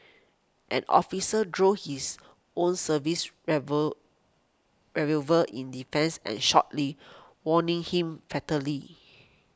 an officer drew his own service revel revolver in defence and shot Lee wounding him fatally